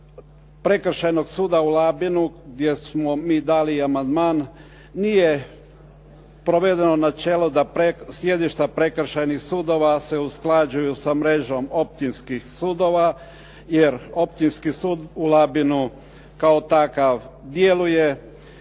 Prekršajnog suda u Labinu gdje smo mi dali i amandman nije provedeno načelo da sjedišta prekršajnih sudova se usklađuju sa mrežom općinskih sudova jer Općinski sud u Labinu kao takav djeluje.